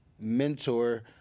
mentor